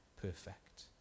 perfect